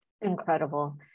Incredible